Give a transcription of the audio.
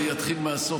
אני אתחיל מהסוף,